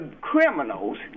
criminals